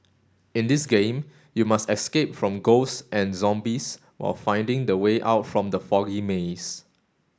in this game you must escape from ghosts and zombies while finding the way out from the foggy maze